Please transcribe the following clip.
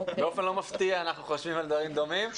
באופן לא מפתיע אנחנו חושבים על דברים דומים,